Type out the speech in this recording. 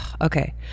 Okay